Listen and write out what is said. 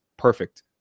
perfect